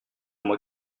moi